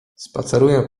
spaceruję